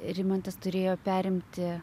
rimantas turėjo perimti